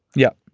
yeah,